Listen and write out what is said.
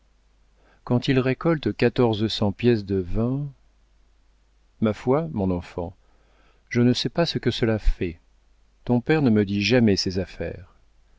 quand il récolte quatorze cents pièces de vin ma foi mon enfant je ne sais pas ce que cela fait ton père ne me dit jamais ses affaires